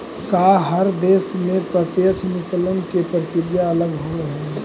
का हर देश में प्रत्यक्ष विकलन के प्रक्रिया अलग होवऽ हइ?